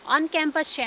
On-campus